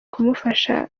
kumufasha